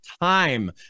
time